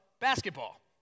basketball